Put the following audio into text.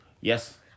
Yes